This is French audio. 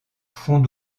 fonds